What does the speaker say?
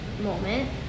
moment